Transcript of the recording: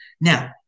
Now